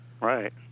Right